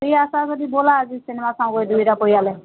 free আছা যদি ব'লা আজি চিনেমা চাওঁগৈ দুইটা পৰিয়ালে